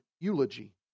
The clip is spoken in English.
eulogy